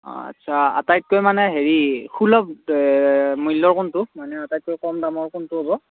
অ' আচ্ছা আটাইতকৈ মানে হেৰি সুলভ মূল্য কোনটো মানে আটাইতকৈ কম দামৰ কোনটো হ'ব